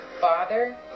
father